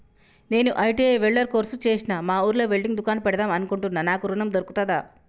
నేను ITI welder course చేశ్న మా ఊర్లో వెల్డింగ్ దుకాన్ పెడదాం అనుకుంటున్నా నాకు ఋణం దొర్కుతదా?